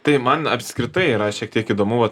tai man apskritai yra šiek tiek įdomu vat